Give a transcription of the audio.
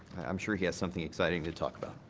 i'm sure he has something exciting to talk about.